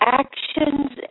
actions